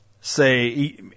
say